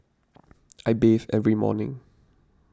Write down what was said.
I bathe every morning